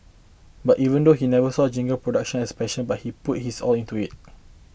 but even though he never saw jingle production as a passion but he put his all into it